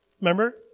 remember